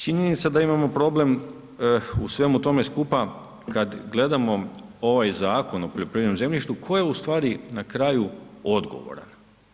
Činjenica da imamo problem u svemu tome skupa kad gledamo ovaj Zakon o poljoprivrednom zemljištu, tko je ustvari na kraju odgovoran?